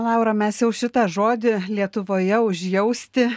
laura mes jau šitą žodį lietuvoje užjausti